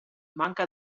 manca